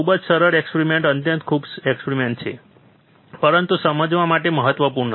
ખૂબ જ સરળ એક્સપેરિમેન્ટ અત્યંત મૂળભૂત એક્સપેરિમેન્ટ પરંતુ સમજવા માટે મહત્વપૂર્ણ